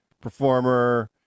performer